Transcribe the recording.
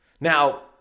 Now